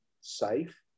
safe